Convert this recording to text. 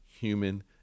human